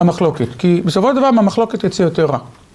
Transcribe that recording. המחלוקת, כי בסופו של דבר מהמחלוקת יצא יותר רע.